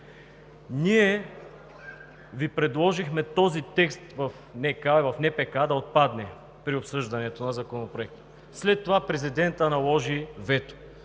Ние Ви предложихме този текст в НК и в НПК да отпадне при обсъждането на Законопроекта. След това президентът наложи вето.